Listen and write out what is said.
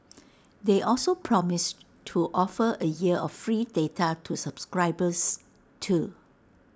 they also promised to offer A year of free data to subscribers too